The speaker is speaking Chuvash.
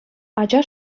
ача